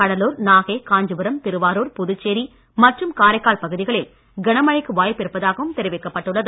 கடலூர் நாகை காஞ்சிபுரம் திருவாருர் புதுச்சேரி மற்றும் காரைக்கால் பகுதிகளில் கனமழைக்கு வாய்ப்பு இருப்பதாகவும் தெரிவிக்கப்பட்டுள்ளது